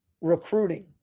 recruiting